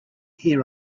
here